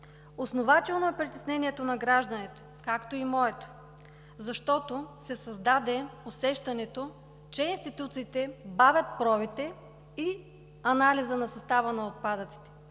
Основателно е притеснението на гражданите, както и моето, защото се създаде усещането, че институциите бавят пробите и анализа на състава на отпадъците,